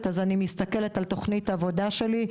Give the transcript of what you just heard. אז אני מסתכלת על תוכנית עבודה שלי,